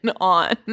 on